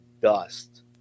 dust